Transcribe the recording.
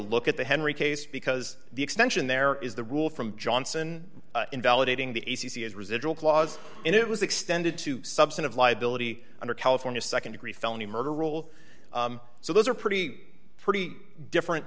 look at the henry case because the extension there is the rule from johnson invalidating the a c c is residual clause and it was extended to substantive liability under california nd degree felony murder rule so those are pretty pretty different